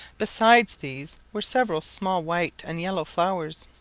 besides these were several small white and yellow flowers,